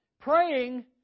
Praying